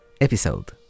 episode